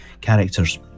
characters